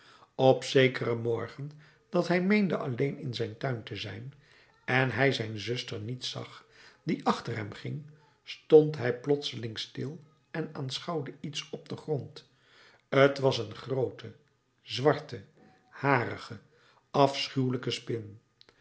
op zekeren morgen dat hij meende alleen in zijn tuin te zijn en hij zijn zuster niet zag die achter hem ging stond hij plotseling stil en aanschouwde iets op den grond t was een groote zwarte harige afschuwelijke spin